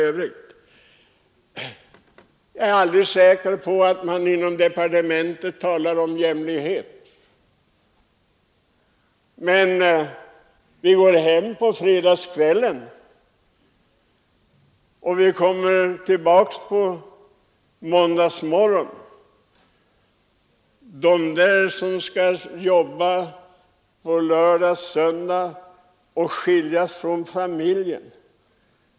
Jag är alldeles säker på att man inom handelsdepartementet talar om jämlikhet. Men vi går hem på fredagskvällen och vi kommer tillbaka på måndagsmorgonen. Det kan inte de göra som skall jobba på lördag och söndag och vara skilda från familjen.